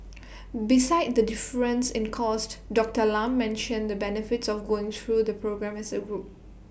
besides the difference in cost Doctor Lam mentioned the benefits of going through the programme as A group